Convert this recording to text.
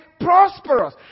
prosperous